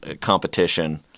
competition